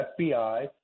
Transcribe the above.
FBI –